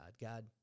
God